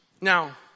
Now